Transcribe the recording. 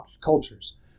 cultures